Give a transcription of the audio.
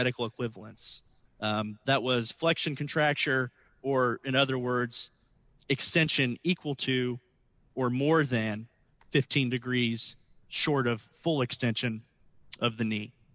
medical equivalence that was flexion contracture or in other words extension equal to or more than fifteen degrees short of full extension of the knee